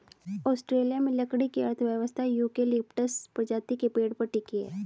Australia में लकड़ी की अर्थव्यवस्था यूकेलिप्टस प्रजाति के पेड़ पर टिकी है